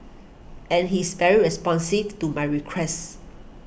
and he's very responsive to my requests